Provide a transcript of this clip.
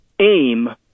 aim